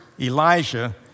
Elijah